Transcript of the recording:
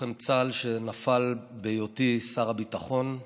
לוחם צה"ל שנפל בהיותי שר הביטחון,